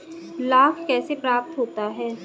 लाख कैसे प्राप्त होता है?